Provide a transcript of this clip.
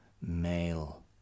male